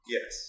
Yes